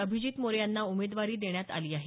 अभिजित मोरे यांना उमेदवारी देण्यात आली आहे